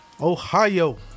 ohio